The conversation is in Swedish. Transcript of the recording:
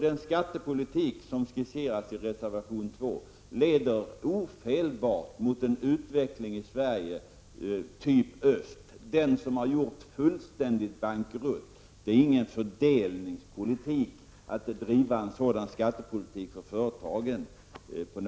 Den skattepolitik som skisseras i reservation 2 leder ofelbart till en sådan utveckling i Sverige som det har varit i öst, den som har gjort fullständigt bankrutt. Det är ingen fördelningspolitik att driva en sådan skattepolitik för företagen som föreslås.